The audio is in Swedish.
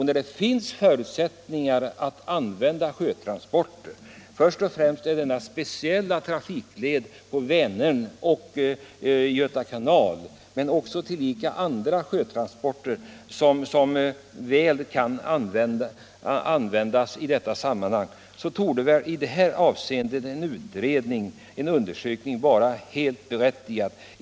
När det finns förutsättningar att använda sjötransporter, först och främst den speciella transportleden på Vänern och Göta kanal men också andra vattenleder som väl lämpar sig för transporter, torde en undersökning vara helt berättigad.